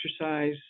exercise